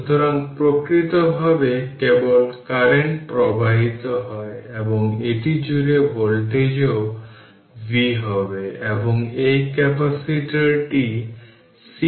সুতরাং এই চিত্রে এটি বলে যে সুইচ বন্ধ করার আগে এই ভোল্টেজ v1 এখানে 100 ভোল্ট এবং v2 ছিল 0 ভোল্টের ক্যাপাসিটর এইটি আনচার্জড